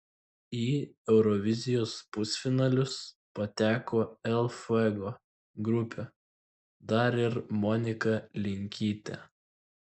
į eurovizijos pusfinalius pateko el fuego grupė dar ir monika linkytė